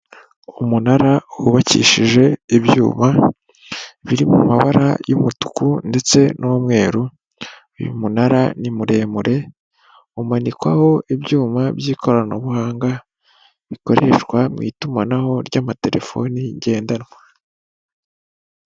Umunara wubakishije ibyuma biri mu mabara y'umutuku ndetse n'umweru, uyu munara ni muremure umanikwaho ibyuma by'ikoranabuhanga bikoreshwa mu itumanaho ry'amaterefoni ngendanwa.